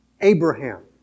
Abraham